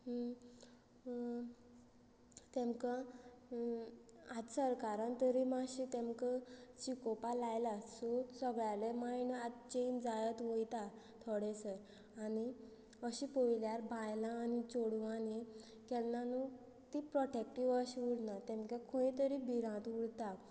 तेमकां आतां सरकारान तरी मातशे तेमकां शिकोवपा लायलां सो सगळ्याले मायंड आतां चेंज जायत वयता थोडें थोडें आनी अशें पोयल्यार बायलां आनी चेडवांनी केन्ना न्हू ती प्रोटेक्टीव अशी उरना तांकां खंय तरी भिरांत उरता